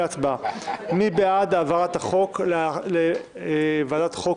מי בעד העברת החוק לוועדת החוקה,